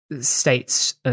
States